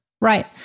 Right